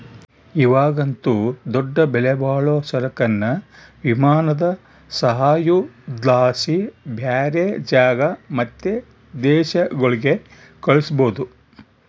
ಇವಾಗಂತೂ ದೊಡ್ಡ ಬೆಲೆಬಾಳೋ ಸರಕುನ್ನ ವಿಮಾನದ ಸಹಾಯುದ್ಲಾಸಿ ಬ್ಯಾರೆ ಜಾಗ ಮತ್ತೆ ದೇಶಗುಳ್ಗೆ ಕಳಿಸ್ಬೋದು